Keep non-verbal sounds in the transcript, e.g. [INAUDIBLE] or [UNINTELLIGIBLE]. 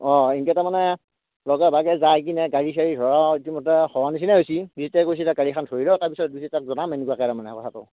অঁ ইনকে তাৰমানে লগে ভাগে যাই কিনে গাড়ী চাড়ী ধৰাও ইতিমধ্যে হ'ৱাৰ নিচিনাই হৈছি [UNINTELLIGIBLE] কৈছি গাড়ী এখন ধৰি ল' তাৰপিছত [UNINTELLIGIBLE] জনাম এনেকুৱাকে আৰু তাৰমানে কথাটো